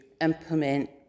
implement